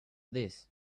this